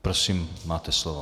Prosím, máte slovo.